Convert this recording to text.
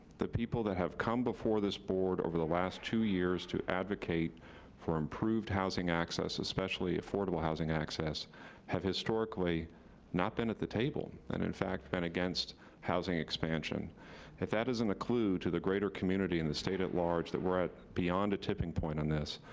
the people that have come before this board over the last two years to advocate for improved housing access especially affordable housing access have historically not been at the table and in fact been against housing expansion. if that isn't a clue to the greater community and the state at large that we're beyond a tipping point on this.